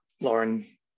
Lauren